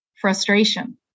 frustration